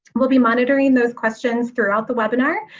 we'll be monitoring those questions throughout the webinar,